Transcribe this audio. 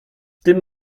tym